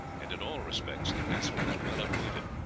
and in all respects the castle was well appointed,